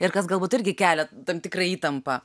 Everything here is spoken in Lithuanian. ir kas galbūt irgi kelia tam tikrą įtampą